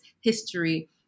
history